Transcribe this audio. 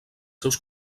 seus